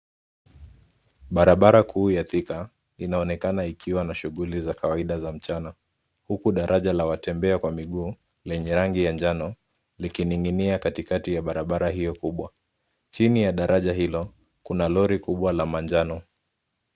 Barabara kuu ya Thika inaonekana ikiwa na shughuli za kawaida za mchana, huku daraja la watembea kwa miguu lenye rangi ya njano likining'inia katikati ya barabala hiyo kubwa. Chini ya daraja hilo kuna lori kubwa la manjano.